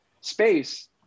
space